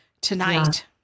tonight